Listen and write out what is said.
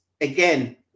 Again